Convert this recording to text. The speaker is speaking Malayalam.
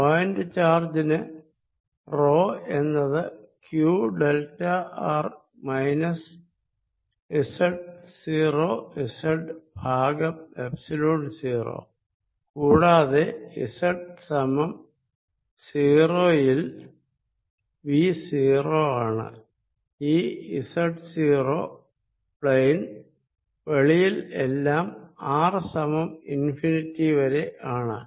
പോയിന്റ് ചാജിന് റോ എന്നത് q delta R minus z 0z by epsilon 0 കൂടാതെ z സമം 0 യിൽ V 0 ആണ് ഈ z 0 പ്ലെയ്ൻ വെളിയിൽ എല്ലാം r സമം ഇൻഫിനിറ്റി വരെ ആണ്